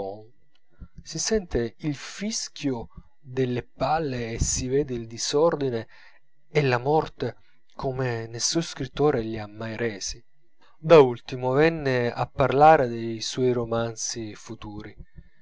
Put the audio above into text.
si sente il fischio delle palle e si vede il disordine e la morte come nessun scrittore li ha mai resi da ultimo venne a parlare dei suoi romanzi futuri